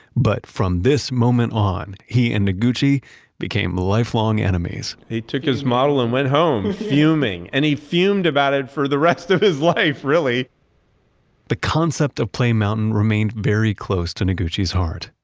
but from this moment on he and noguchi became ah lifelong enemies he took his model and went home fuming. and he fumed about it for the rest of his life, really the concept of play mountain remained very close to noguchi's heart.